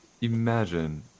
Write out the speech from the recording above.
imagine